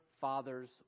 Father's